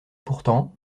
pourtant